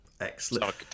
Excellent